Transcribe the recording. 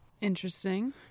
Interesting